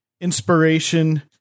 inspiration